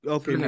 Okay